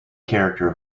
character